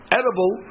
edible